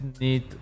need